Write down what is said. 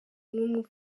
n’umwe